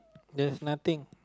there's nothing